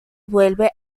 vuelve